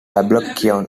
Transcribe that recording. poblacion